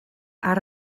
har